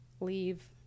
leave